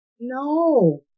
No